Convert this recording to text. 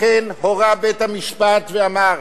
לכן הורה בית-המשפט ואמר: